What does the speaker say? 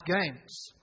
games